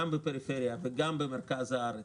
גם בפריפריה וגם במרכז הארץ,